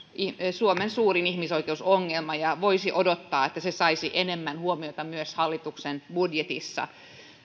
suomen suurin ihmisoikeusongelma ja voisi odottaa että se saisi enemmän huomiota myös hallituksen budjetissa